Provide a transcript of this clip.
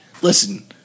listen